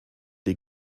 die